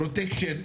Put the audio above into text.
פרוטקשן,